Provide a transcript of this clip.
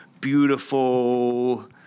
beautiful